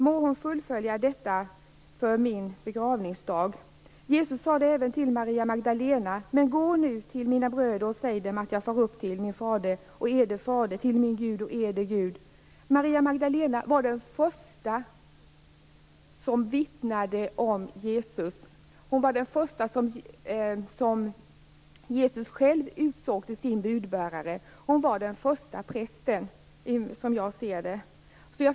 Må hon fullfölja detta för min begravningsdag." Jesus sade även till Maria Magdalena: "Men gå nu till mina bröder och säg dem att jag far upp till min fader och eder fader, till min Gud och eder Gud." Maria Magdalena var den första som vittnade om Jesus och den första som Jesus själv utsåg till sin budbärare. Hon var den första prästen, som jag ser det.